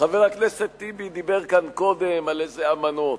חבר הכנסת טיבי דיבר כאן קודם על איזה אמנות.